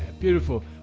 beautiful